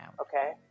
Okay